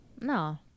No